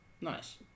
Nice